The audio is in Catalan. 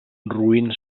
roín